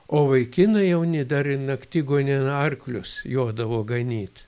o vaikinai jauni dar ir naktigonėn arklius jodavo ganyt